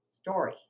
story